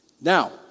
now